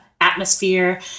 atmosphere